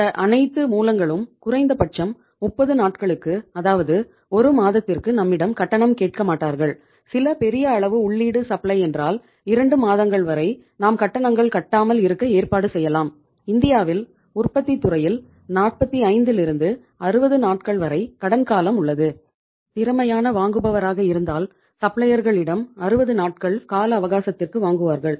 இந்த அனைத்து மூலங்களும் குறைந்தபட்சம் 30 நாட்களுக்கு அதாவது ஒரு மாதத்திற்கு நம்மிடம் கட்டணம் கேட்கமாட்டார்கள் சில பெரிய அளவு உள்ளீடு சப்ளை இடம் 60 நாட்கள் கால அவகாசத்திற்கு வாங்குவார்கள்